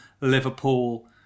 Liverpool